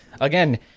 Again